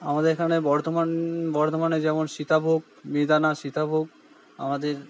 আমাদের এখানে বর্ধমান বর্ধমানে যেমন সীতাভোগ মিহিদানা সীতাভোগ আমাদের